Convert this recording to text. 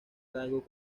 rasgos